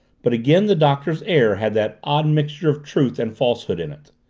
but again the doctor's air had that odd mixture of truth and falsehood in it.